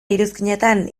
iruzkinetan